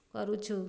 କରୁଛୁ